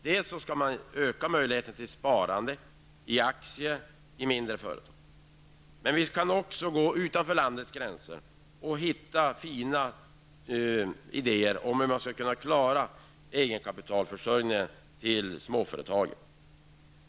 Dels måste vi öka möjligheterna för sparande i aktier i mindre företag, dels kan vi gå utanför landets gränser och hitta fina idéer om hur vi skall kunna klara kapitalförsörjningen i de små företagen.